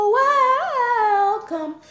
welcome